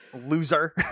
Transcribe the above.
Loser